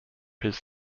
his